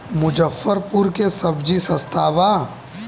मुजफ्फरपुर में सबजी सस्ता बा